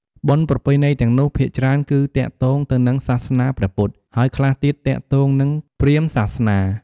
បុណ្យប្រពៃណីទាំងនោះ ភាគច្រើនគឺទាក់ទងទៅនឹងសាសនាព្រះពុទ្ធហើយខ្លះទៀតទាក់ទងនិងព្រាហ្មណ៍សាសនា ។